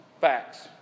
facts